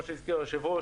כמו שהזכיר היושב-ראש,